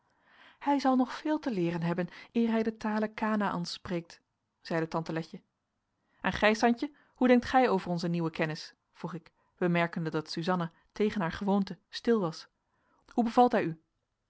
hij zal nog veel te leeren hebben eer hij de tale kanaäns spreekt zeide tante letje en gij santje hoe denkt gij over onzen nieuwen kennis vroeg ik bemerkende dat suzanna tegen haar gewoonte stil was hoe bevalt hij u